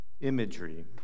imagery